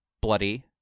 Bloody